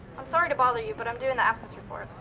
i'm sorry to bother you, but i'm doing the absence report.